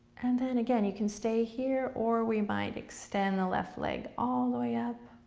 and then again, you can stay here, or we might extend the left leg all the way up.